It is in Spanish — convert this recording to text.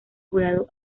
jurado